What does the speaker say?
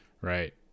right